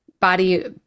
body